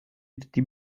die